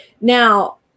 Now